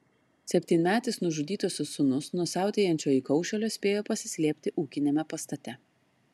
septynmetis nužudytosios sūnus nuo siautėjančio įkaušėlio spėjo pasislėpti ūkiniame pastate